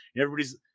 Everybody's